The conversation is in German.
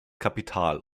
kapital